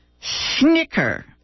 Snicker